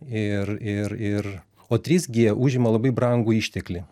ir ir ir o trys gie užima labai brangų išteklį